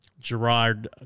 Gerard